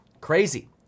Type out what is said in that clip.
Crazy